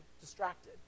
distracted